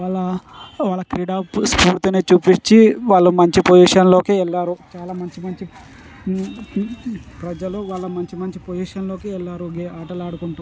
అలా వాళ్ళ క్రీడాపూ స్ఫూర్తిని చూపించి వాళ్ళు మంచి పొజిషన్లోకి వెళ్ళారు చాలా మంచి మంచి ప్రజలు వాళ్ళ మంచి మంచి పొజిషన్లోకి వెళ్ళారు ఆటలు ఆడుకుంటూ